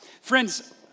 Friends